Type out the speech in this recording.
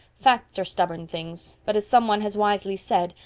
facts are stubborn things, but as some one has wisely said,